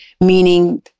meaning